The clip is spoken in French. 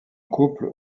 couples